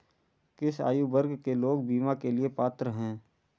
किस आयु वर्ग के लोग बीमा के लिए पात्र हैं?